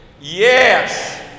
Yes